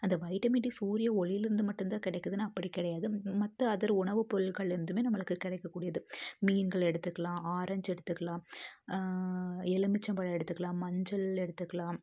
அந்த vitamin D சூரிய ஒளியில இருந்து மட்டும்ந்தான் கிடைக்குதுனு அப்படி கிடையாது மற்ற அதர் உணவுப்பொருட்கள்ல இருந்துமே நம்மளுக்கு கிடைக்கக்கூடியது மீன்கள் எடுத்துக்கலாம் ஆரஞ்ச் எடுத்துக்கலாம் எலுமிச்சம் பழம் எடுத்துக்கலாம் மஞ்சள் எடுத்துக்கலாம்